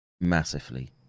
massively